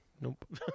Nope